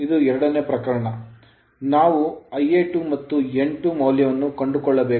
ಇದು ಎರಡನೇ ಪ್ರಕರಣ ನಾವು Ia2 ಮತ್ತು n2 ಮೌಲ್ಯವನ್ನು ಕಂಡುಕೊಳ್ಳಬೇಕು